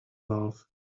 valve